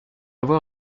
avoir